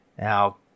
Now